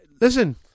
Listen